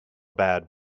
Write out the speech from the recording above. bad